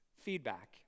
feedback